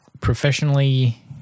professionally